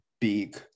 big